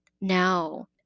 now